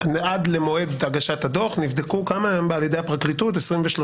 שעד למועד הגשת הדוח נבדקו על ידי הפרקליטות כמה?